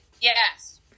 Yes